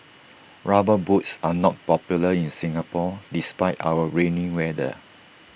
rubber boots are not popular in Singapore despite our rainy weather